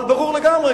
אבל ברור לגמרי,